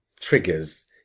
triggers